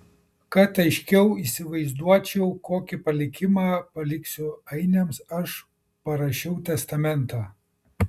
kad aiškiau įsivaizduočiau kokį palikimą paliksiu ainiams aš parašiau testamentą